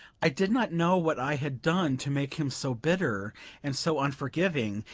i did not know what i had done to make him so bitter and so unforgiving,